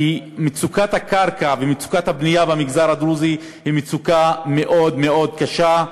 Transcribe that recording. כי מצוקת הקרקע ומצוקת הבנייה במגזר הדרוזי הן מאוד מאוד קשות,